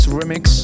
remix